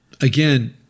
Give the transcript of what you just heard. again